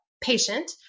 patient